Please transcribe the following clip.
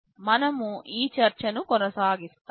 మనము ఈ చర్చ నూ కొనసాగిస్తాము